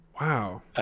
Wow